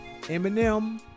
Eminem